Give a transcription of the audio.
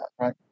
right